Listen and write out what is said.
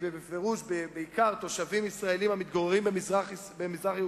בעיקר תושבים ישראלים המתגוררים במזרח-ירושלים,